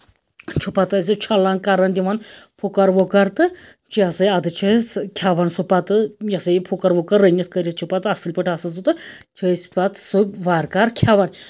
چھُ پَتہٕ أسۍ سُہ چھَلان کران دِوان پھُکر وُکَر تہٕ چھُ اَدٕ چھِ أسۍ سُہ کھٮ۪وان سُہ پَتہٕ یہِ ہسا یہِ پھُکر وُکر رٔنِتھ کٔرِتھ چھِ پَتہٕ اَصٕل پٲٹھۍ آسان سُہ تہٕ چھِ أسۍ پَتہٕ سُہ وارٕ کارٕ کھٮ۪وان